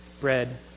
bread